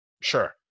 sure